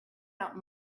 out